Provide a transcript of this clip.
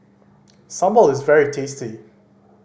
sambal is very tasty